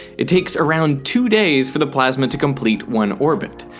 it takes around two days for the plasma to complete one orbit.